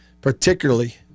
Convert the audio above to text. particularly